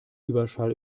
überschall